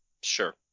Sure